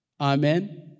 Amen